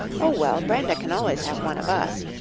oh, well, brenda can always have one of us.